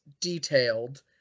detailed